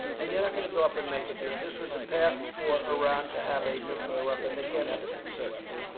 and you're not going to go up and make a deal. this was a path for iran to have a nuclear weapon. they can't have a nuclear weapon.